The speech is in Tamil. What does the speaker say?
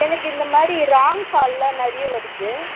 எனக்கு இந்தமாதிரி ராங் காலெல்லாம் நிறைய வருது